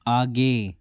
आगे